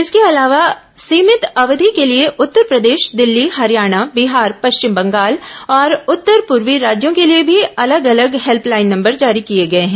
इसके अलावा सीमित अवधि के लिए उत्तरप्रदेश दिल्ली हरियाणा बिहार पश्चिम बंगाल और उत्तर पूर्वी राज्यों के लिए भी अलग अलग हेल्पलाइन नंबर जारी किए गए हैं